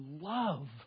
love